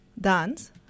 dance